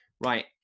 right